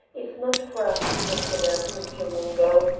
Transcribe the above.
is not for us to consider, monsieur mungo,